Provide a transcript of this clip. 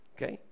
Okay